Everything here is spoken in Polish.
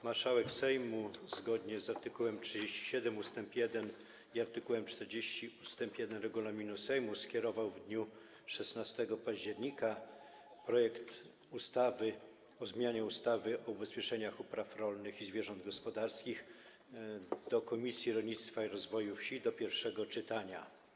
Marszałek Sejmu zgodnie z art. 37 ust. 1 i art. 40 ust. 1 regulaminu Sejmu skierował w dniu 16 października projekt ustawy o zmianie ustawy o ubezpieczeniach upraw rolnych i zwierząt gospodarskich do Komisji Rolnictwa i Rozwoju Wsi do pierwszego czytania.